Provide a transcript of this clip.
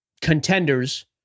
Contenders